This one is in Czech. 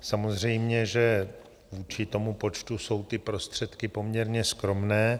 Samozřejmě že vůči tomu počtu jsou ty prostředky poměrně skromné.